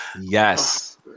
Yes